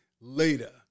later